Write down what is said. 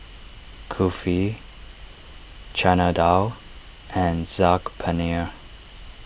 Kulfi Chana Dal and Saag Paneer